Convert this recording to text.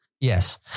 Yes